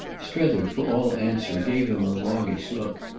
strether, for all answer, gave him a longish look.